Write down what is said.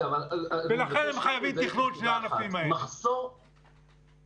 לכן, שני הענפים האלה חייבים תכנון.